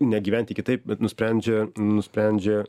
negyventi kitaip bet nusprendžia nusprendžia